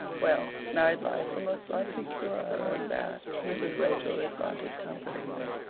well, married life will most likely cure her of that, mrs. rachel responded comfortingly.